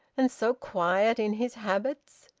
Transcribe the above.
and so quiet in his habits!